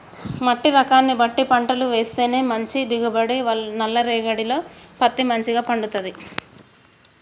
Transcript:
మట్టి రకాన్ని బట్టి పంటలు వేస్తేనే మంచి దిగుబడి, నల్ల రేగఢీలో పత్తి మంచిగ పండుతది